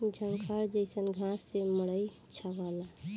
झंखार जईसन घास से मड़ई छावला